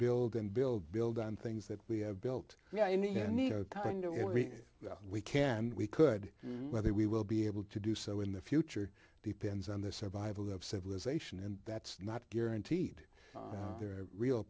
build and build build on things that we have built kind of we can we could whether we will be able to do so in the future depends on the survival of civilization and that's not guaranteed there are real